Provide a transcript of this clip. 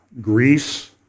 Greece